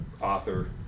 author